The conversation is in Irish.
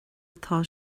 atá